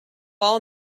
all